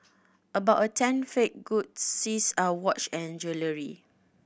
about a tenth fake goods seized are watch and jewellery